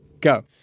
go